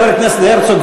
חבר הכנסת הרצוג,